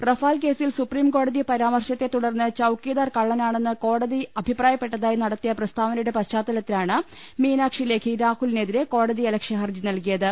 Rafale കേസിൽ സുപ്രീംകോ ടതി പരാമർശത്തെ തുടർന്ന് ചൌകിദാർ കള്ളനാണെന്ന് കോടതി അഭിപ്രായപ്പെട്ടതായി നടത്തിയ പ്രസ്താവനയുടെ പശ്ചാത്തലത്തിലാണ് മീനാക്ഷി ലേഖി രാഹുലിനെതിരെ കോടതിയലക്ഷ്യ ഹർജി നൽകിയത്